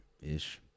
Ish